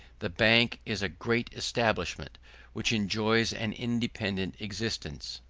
the bank is a great establishment which enjoys an independent existence,